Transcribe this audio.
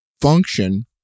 function